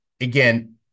again